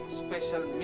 special